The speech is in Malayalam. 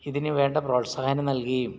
ഇതിനു വേണ്ട പ്രോത്സാഹനം നൽകുകയും